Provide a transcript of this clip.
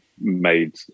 made